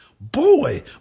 Boy